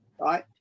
Right